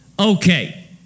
okay